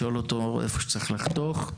לשאול אותו איפה שצירך לחתוך.